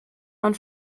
man